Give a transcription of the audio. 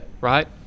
Right